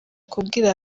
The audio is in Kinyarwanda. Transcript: kubwira